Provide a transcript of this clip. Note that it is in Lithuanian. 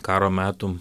karo metų